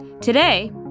Today